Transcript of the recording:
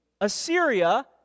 Assyria